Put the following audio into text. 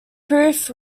proof